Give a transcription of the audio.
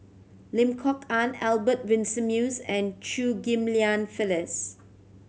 Lim Kok Ann Albert Winsemius and Chew Ghim Lian Phyllis